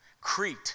Crete